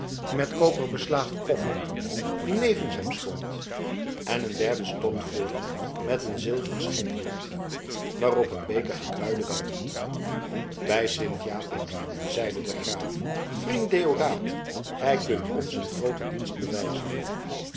met koper beslagen kotter die nevens hem stond en een derde stond voor hem met een zilveren schenkblad waarop een beker gekruide wijn bij sint japik zeide de graaf vriend deodaat gij kunt ons een grooten dienst bewijzen